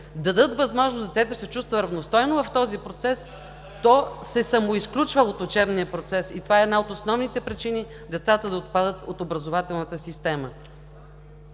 дадат възможност детето да се чувства равностойно, то се самоизключва от учебния процес. И това е една от основните причини децата да отпадат от образователната система.